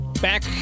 Back